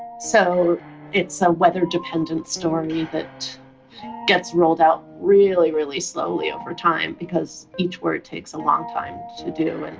so it's a weather-dependent story that gets rolled out really really slowly over time, because each word takes a long time to do, and